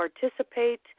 participate